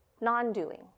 non-doing